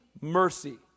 mercy